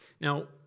Now